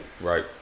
right